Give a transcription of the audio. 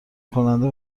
کننده